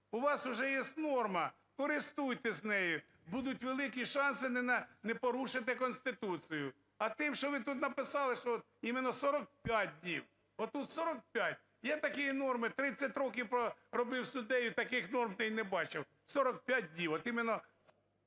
У вас же є норма, користуйтесь нею, будуть великі шанси не порушити Конституцію. А тим, що ви тут написали, що от іменно 45 днів. Отут 45. Є такі норми. 30 років пробув суддею, таких норм та й не бачив – 45 днів. От іменно…